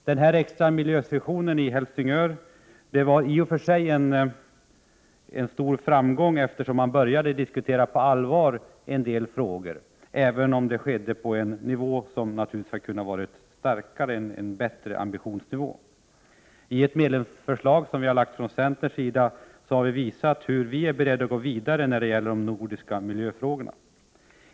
Den extra miljösessionen i Helsingör var i och för sig en stor framgång, eftersom man började på allvar diskutera en del frågor, även om ambitionsnivån kunde ha varit högre och markerats starkare. I ett medlemsförslag, som vi lagt fram från centersidan, har vi anvisat hur vi är beredda att gå vidare när det gäller de nordiska miljöfrågorna.